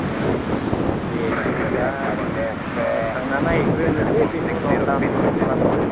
दे बिदिब्ला थांना नायहैग्रोनोसै बिनि उनाव दाम दर खालामगोन